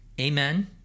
Amen